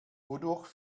wodurch